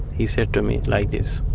he said to me like this.